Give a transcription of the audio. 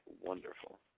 wonderful